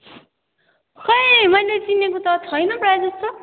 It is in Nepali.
खोई मैले चिनेको त छैन प्रायः जस्तो